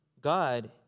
God